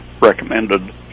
recommended